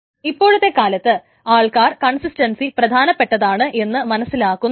ഇപ്പോഴത്തെ കാലത്ത് ആൾക്കാർ കൺസിസ്റ്റൻസി പ്രധാനപ്പെട്ടതാണ് എന്ന് മനസ്സിലാക്കുന്നുണ്ട്